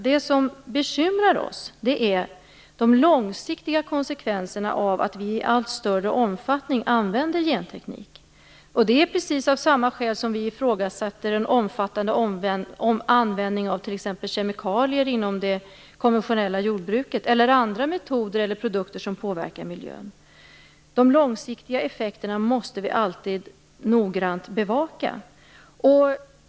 Vad som bekymrar oss i regeringen är de långsiktiga konsekvenserna av att man i allt större omfattning använder genteknik. Det bekymrar oss av precis samma skäl som gjorde att vi ifrågasatte den omfattande användningen av t.ex. kemikalier inom det konventionella jordbruket, eller andra metoder och produkter som påverkar miljön. De långsiktiga effekterna måste alltid noggrant bevakas.